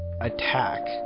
attack